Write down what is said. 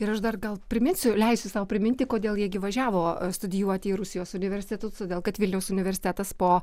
ir aš dar gal priminsiu leisiu sau priminti kodėl jie gi važiavo studijuoti į rusijos universitetus todėl kad vilniaus universitetas po